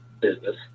business